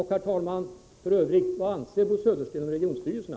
Herr talman! F. ö., vad anser Bo Södersten om regionstyrelserna?